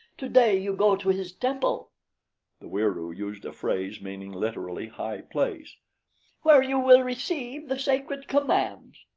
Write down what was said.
today you go to his temple the wieroo used a phrase meaning literally high place where you will receive the sacred commands.